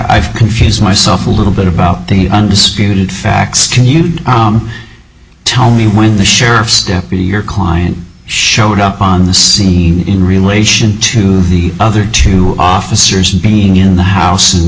i've confused myself a little bit about the undisputed facts can you tell me when the sheriff's deputy or kline showed up on the scene in relation to the other two officers being in the house and